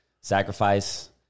sacrifice